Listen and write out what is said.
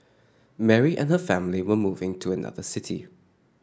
Mary and her family were moving to another city